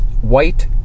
white